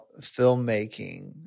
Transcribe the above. filmmaking